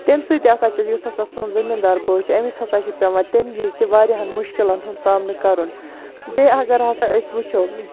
تَمہِ سۭتۍ تہِ ہَسا چھُ یُس ہَسا سون زٔمیٖن دار بوے چھُ أمس ہَسا چھُ پیٚوان تَمہِ وز تہِ وارہاین مُشکلن ہُنٛد سامنہٕ کرُن بیٚیہِ اگر ہَسا أسۍ وُچھو